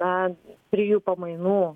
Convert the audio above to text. na trijų pamainų